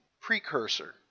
precursor